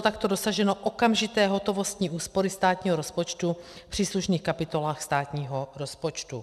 Takto bylo dosaženo okamžité hotovostní úspory státního rozpočtu v příslušných kapitolách státního rozpočtu.